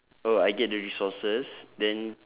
oh I get the resources then